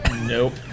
Nope